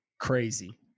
crazy